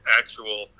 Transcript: actual